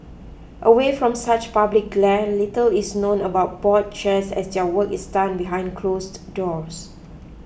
away from such public glare little is known about board chairs as their work is done behind closed doors